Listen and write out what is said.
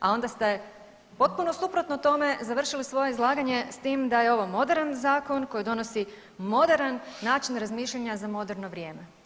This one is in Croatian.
A onda ste potpuno suprotno tome završili svoje izlaganje s tim da je ovo moderan zakon koji donosi moderan način razmišljanja za moderno vrijeme.